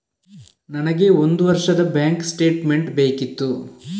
ನನಗೆ ಒಂದು ವರ್ಷದ ಬ್ಯಾಂಕ್ ಸ್ಟೇಟ್ಮೆಂಟ್ ಬೇಕಿತ್ತು